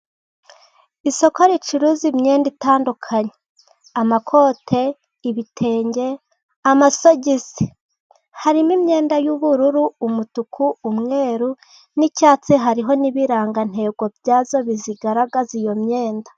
Isoko ricuruza imyenda itandukanye amakote, ibitenge, amasogisi, harimo imyenda y'ubururu, umutuku, umweru n'icyatsi, hariho n'ibirangantego byayo bigaragaza iyo myenda.